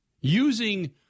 Using